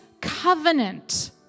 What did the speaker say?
covenant